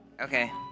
Okay